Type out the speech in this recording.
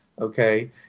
okay